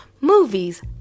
movies